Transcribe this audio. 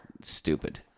Stupid